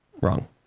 wrong